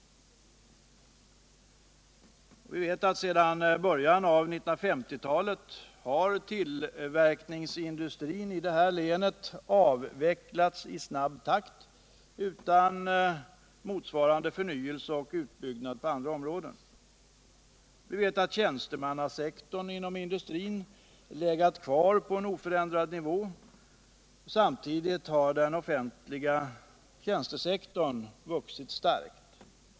Vi vet att sedan början av 1950-talet har tillverkningsindustrin i länet avvecklats i snabb takt, utan motsvarande förnyelse och utbyggnad på andra områden. Vi vet att tjänstemannasektorn inom industrin har legat kvar på en oförändrad nivå, och samtidigt har den offentliga tjänstesektorn vuxit starkt.